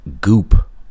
goop